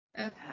Okay